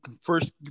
first